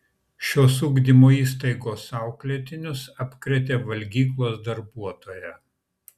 šios ugdymo įstaigos auklėtinius apkrėtė valgyklos darbuotoja